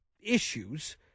issues